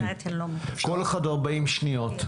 כל אחד 40 שניות.